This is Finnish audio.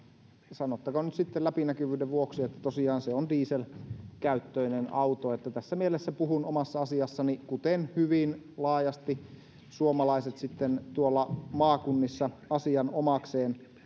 sanottakoon nyt sitten läpinäkyvyyden vuoksi että tosiaan se on dieselkäyttöinen auto niin että tässä mielessä puhun omassa asiassani kuten myös hyvin laajasti suomalaiset sitten tuolla maakunnissa asian omakseen